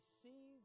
see